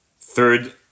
Third